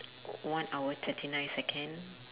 one hour thirty nine second